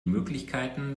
möglichkeiten